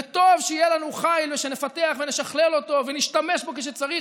וטוב שיהיה לנו חיל ושנפתח ונשכלל אותו ונשתמש בו כשצריך,